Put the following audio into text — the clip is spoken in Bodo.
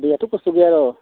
दैयाथ' खस्थ' गैया र'